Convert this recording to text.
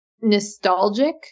Nostalgic